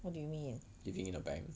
leaving in a bank